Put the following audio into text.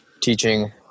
teaching